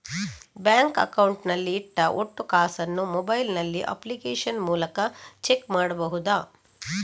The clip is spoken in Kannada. ಬ್ಯಾಂಕ್ ಅಕೌಂಟ್ ನಲ್ಲಿ ಇಟ್ಟ ಒಟ್ಟು ಕಾಸನ್ನು ಮೊಬೈಲ್ ನಲ್ಲಿ ಅಪ್ಲಿಕೇಶನ್ ಮೂಲಕ ಚೆಕ್ ಮಾಡಬಹುದಾ?